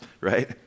right